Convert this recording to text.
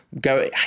go